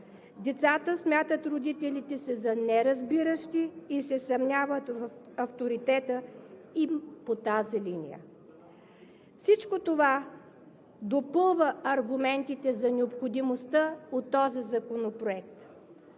Децата смятат родителите си за неразбиращи и се съмняват в авторитета им по тази линия. Всичко това допълва аргументите за необходимостта от този законопроект.